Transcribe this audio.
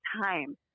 time